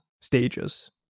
stages